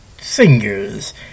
Singers